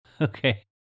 Okay